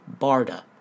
BARDA